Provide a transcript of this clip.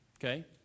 Okay